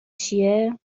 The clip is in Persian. چیه